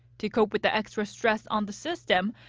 to cope with the extra stress on the system,